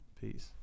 Peace